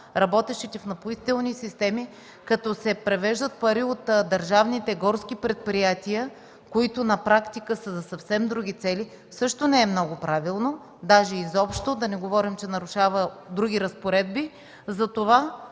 работещите в „Напоителни системи”, като се превеждат пари от държавните горски предприятия, които на практика са за съвсем други цели, също не е много правилно, даже изобщо, да не говорим, че нарушава други разпоредби.